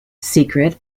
secret